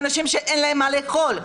אלה אנשים שאין להם מה לאכול.